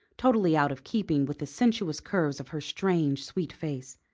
totally out of keeping with the sensuous curves of her strange, sweet face.